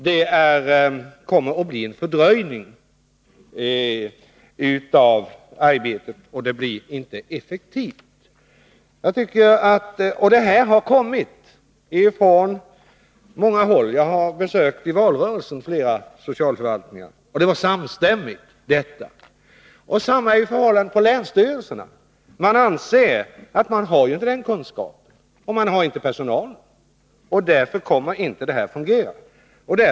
Det kommer att bli en fördröjning av arbetet, och det blir inte effektivt. Den uppfattningen har man på många håll. I valrörelsen besökte jag flera socialförvaltningar, och man gjorde samstämmiga uttalanden. Detsamma gäller länsstyrelserna. Man har inte kunskaperna och inte tillräckligt med personal. Därför kommer det inte att fungera, anser man.